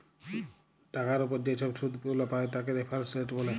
টাকার উপর যে ছব শুধ গুলা পায় তাকে রেফারেন্স রেট ব্যলে